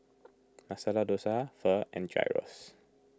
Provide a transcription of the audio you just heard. Masala Dosa Pho and Gyros